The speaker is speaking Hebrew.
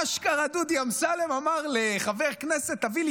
אשכרה דודי אמסלם אמר לחבר כנסת: תביא לי